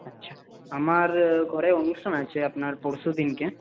আচ্ছা আমার ঘরে অনুষ্ঠান আছে আপনার পরশুদিনকে